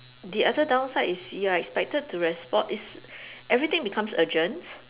the other downside is you're expected to respo~ is everything becomes urgent